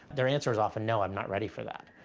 their answer is often no. i'm not ready for that.